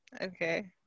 okay